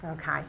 Okay